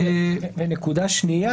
ונקודה שנייה,